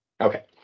Okay